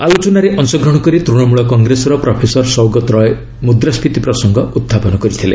ଆଲୋଚନାରେ ଅଂଶଗ୍ରହଣ କରି ତୂଶମୂଳ କଂଗ୍ରେସର ପ୍ରଫେସର ସୌଗତ ରାୟ ମୁଦ୍ରାସ୍କିତି ପ୍ରସଙ୍ଗ ଉହ୍ରାପନ କରିଛନ୍ତି